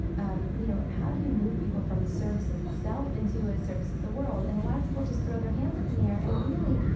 um you know, how do you move people from the ah service of the self into a service of the world? and a lot of people just throw their hands up in the air and really,